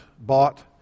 bought